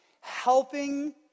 helping